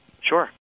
Sure